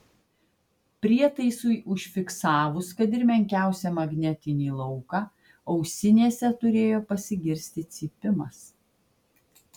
prietaisui užfiksavus kad ir menkiausią magnetinį lauką ausinėse turėjo pasigirsti cypimas